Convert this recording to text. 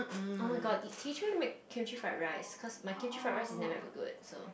oh-my-god teach me how to make kimchi fried rice cause my kimchi fried rice is never ever good so